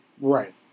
right